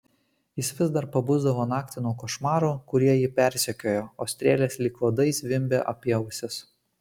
jis vis dar pabusdavo naktį nuo košmarų kurie jį persekiojo o strėlės lyg uodai zvimbė apie ausis